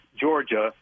Georgia